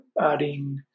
adding